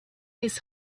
his